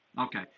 Okay